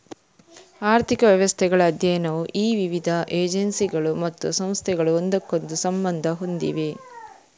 ಆರ್ಥಿಕ ವ್ಯವಸ್ಥೆಗಳ ಅಧ್ಯಯನವು ಈ ವಿವಿಧ ಏಜೆನ್ಸಿಗಳು ಮತ್ತು ಸಂಸ್ಥೆಗಳು ಒಂದಕ್ಕೊಂದು ಸಂಬಂಧ ಹೊಂದಿವೆ